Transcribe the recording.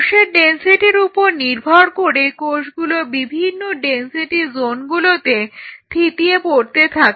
কোষের ডেনসিটির উপর নির্ভর করে কোষগুলো বিভিন্ন ডেনসিটি জোনগুলোতে থিতিয়ে পড়তে থাকে